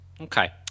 Okay